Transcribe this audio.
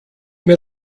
mir